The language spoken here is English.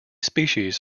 species